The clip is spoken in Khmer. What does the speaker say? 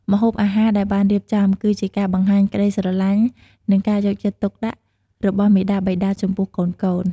ម្ហូបអាហារដែលបានរៀបចំ គឺជាការបង្ហាញក្តីស្រឡាញ់ និងការយកចិត្តទុកដាក់របស់មាតាបិតាចំពោះកូនៗ។